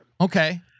Okay